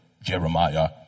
Jeremiah